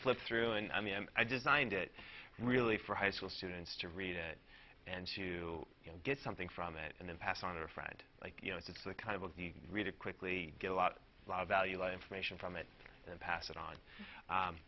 flip through and i mean i designed it really for high school students to read it and to get something from it and then pass on to a friend like you know it's the kind of the reader quickly get a lot a lot of valuable information from it and pass it on